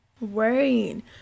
worrying